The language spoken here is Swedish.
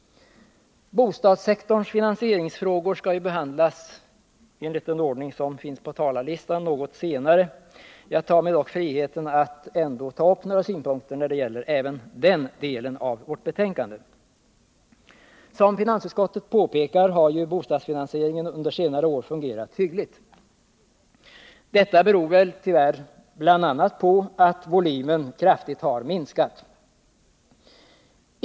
Bostadssektorns finansieringsfrågor skall ju enligt ordningen på talarlistan behandlas något senare. Men jag tar mig friheten att redan nu ge några synpunkter på även den delen av vårt betänkande. Bostadssektorns finansiering har, som finansutskottet påpekar, under senare år fungerat hyggligt. Detta beror väl tyvärr bl.a. på att volymen kraftigt minskat.